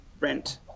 rent